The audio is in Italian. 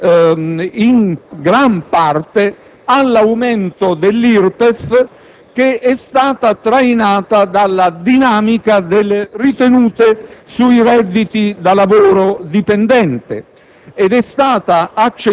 è dovuto in gran parte all'aumento dell'IRPEF, trainata dalla dinamica delle ritenute sui redditi da lavoro dipendente,